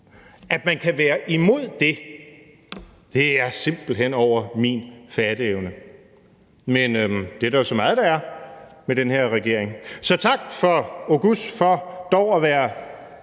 At man kan være imod det, går simpelt hen over min fatteevne. Men det er der jo så meget der gør med den her regering. Så tak til fru Halime Oguz for dog at være